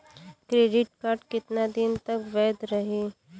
Credit card कितना दिन तक वैध रही?